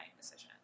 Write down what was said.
decision